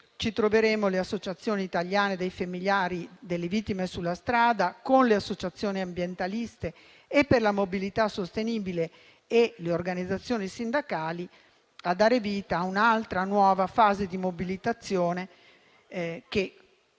ci troveremo con le associazioni italiane dei familiari delle vittime della strada, le associazioni ambientaliste e per la mobilità sostenibile e le organizzazioni sindacali a dare vita a un'altra nuova fase di mobilitazione che si svolgerà a Roma, ma non solo.